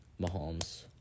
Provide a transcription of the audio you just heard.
Mahomes